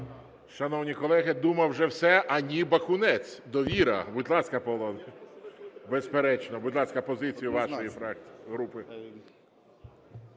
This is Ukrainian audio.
Шановні колеги, думав вже все, а, ні, Бакунець, "Довіра". Будь ласка, Павло. Безперечно. Будь ласка, позиція вашої групи.